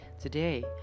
Today